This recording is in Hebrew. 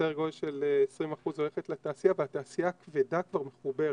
סדר גודל של 20% הולך לתעשייה והתעשייה הכבדה כבר מחוברת,